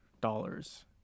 dollars